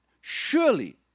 Surely